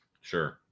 Sure